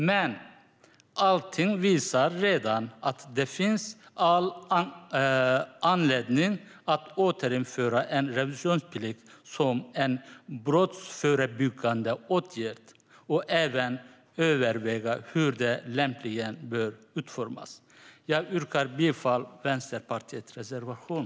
Men allting visar redan att det finns all anledning att återinföra en revisionsplikt som en brottsförebyggande åtgärd och även överväga hur den lämpligen bör utformas. Jag yrkar bifall till Vänsterpartiets reservation.